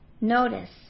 notice